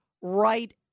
right